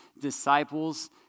disciples